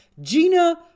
Gina